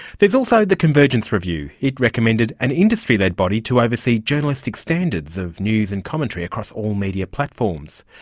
there's also the convergence review it recommended an industry-led body to overseas journalistic standards of news and commentary across all media platforms.